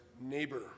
neighbor